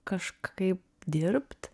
kažkaip dirbt